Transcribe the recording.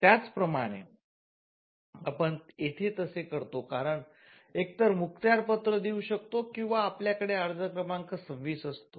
त्याचप्रमाणे आपण येथे तसे करतो आपण एकतर मुखत्यारपत्र देऊ शकतो किंवा आपल्याकडे अर्ज क्रमांक २६ असतो